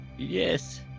Yes